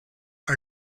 are